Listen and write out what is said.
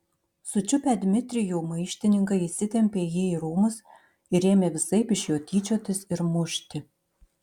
sučiupę dmitrijų maištininkai įsitempė jį į rūmus ir ėmė visaip iš jo tyčiotis ir mušti